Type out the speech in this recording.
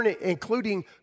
including